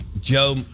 Joe